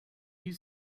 you